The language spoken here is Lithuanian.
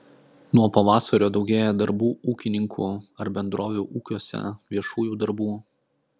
nuo pavasario daugėja darbų ūkininkų ar bendrovių ūkiuose viešųjų darbų